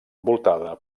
voltada